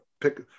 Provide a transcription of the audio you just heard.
pick